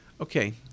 Okay